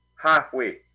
Halfway